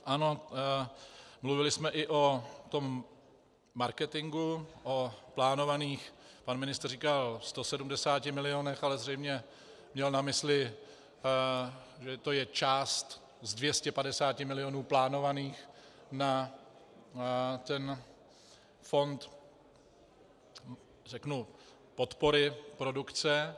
Ano, mluvili jsme i o tom marketingu, o plánovaných, pan ministr říkal 170 milionech, ale zřejmě měl na mysli, že to je část z 250 milionů plánovaných na fond podpory produkce.